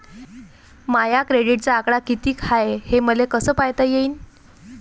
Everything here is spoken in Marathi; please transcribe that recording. माया क्रेडिटचा आकडा कितीक हाय हे मले कस पायता येईन?